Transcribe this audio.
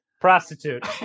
prostitute